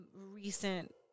recent